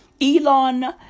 Elon